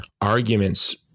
arguments